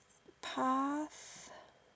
pass